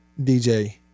DJ